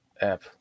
app